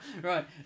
Right